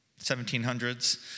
1700s